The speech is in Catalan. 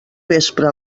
vespre